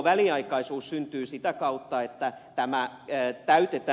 väliaikaisuus syntyy sitä kautta että tämä ei täytetä